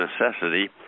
necessity